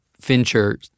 Fincher